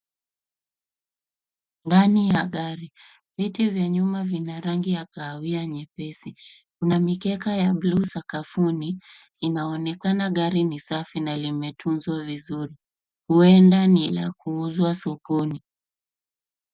Ndani ya gari, viti vya nyuma vina rangi ya kahawia nyepesi, kuna mikeka ya buluu sakafuni, inaonekana gari ni safi na limetunzwa vizuri, huenda ni la kuuzwa sokoni.